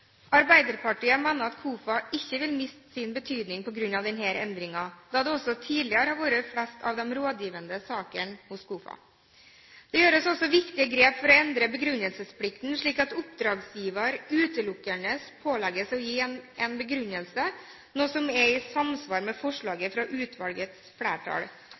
Arbeiderpartiet mener at KOFA ikke vil miste sin betydning på grunn av denne endringen, da det også tidligere har vært flest av de rådgivende sakene hos KOFA. Det gjøres også viktige grep ved å endre begrunnelsesplikten, slik at oppdragsgiver utelukkende pålegges å gi en begrunnelse, noe som er i samsvar med forslaget fra utvalgets flertall.